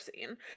seen